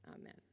Amen